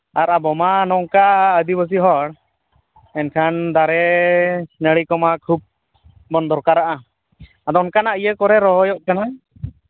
ᱟᱨ ᱟᱵᱚᱢᱟ ᱱᱚᱝᱠᱟ ᱟᱹᱫᱤᱵᱟᱹᱥᱤ ᱦᱚᱲ ᱮᱱᱠᱷᱟᱱ ᱫᱟᱨᱮ ᱱᱟᱹᱲᱤ ᱠᱚᱢᱟ ᱠᱷᱩᱵᱽ ᱵᱚᱱ ᱫᱚᱨᱠᱟᱨᱟᱜᱼᱟ ᱟᱫᱚ ᱚᱱᱠᱟᱱᱟᱜ ᱤᱭᱟᱹ ᱠᱚᱨᱮᱫ ᱨᱚᱦᱚᱭᱚᱜ ᱠᱟᱱᱟ